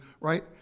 right